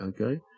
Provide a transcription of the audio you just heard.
okay